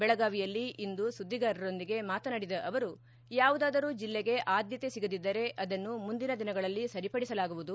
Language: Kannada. ಬೆಳಗಾವಿಯಲ್ಲಿ ಇಂದು ಸುದ್ದಿಗಾರರೊಂದಿಗೆ ಮಾತನಾಡಿದ ಅವರು ಯಾವುದಾದರೂ ಜಿಲ್ಲೆಗೆ ಆದ್ದತೆ ಸಿಗದಿದ್ದರೆ ಅದನ್ನು ಮುಂದಿನ ದಿನಗಳಲ್ಲಿ ಸರಿಪಡಿಸಲಾಗುವುದು